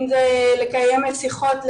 אם זה לקיים שיחות,